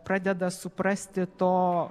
pradeda suprasti to